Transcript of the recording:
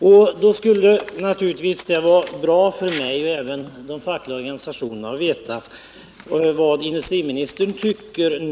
Regeringen bör vidta åtgärder för vidgad rätt till representation för ovan angivna organisationer.